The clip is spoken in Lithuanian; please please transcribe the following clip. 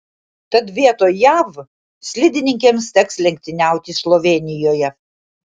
tad vietoj jav slidininkėms teks lenktyniauti slovėnijoje